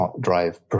drive